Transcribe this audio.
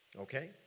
Okay